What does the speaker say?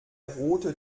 rote